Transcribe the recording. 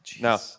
Now